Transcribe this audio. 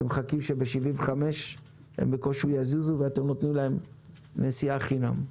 אתם מחכים שבגיל 75 הם בקושי יזוזו ואז תיתנו להם נסיעה חינם.